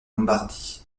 lombardie